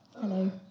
Hello